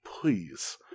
Please